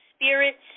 Spirits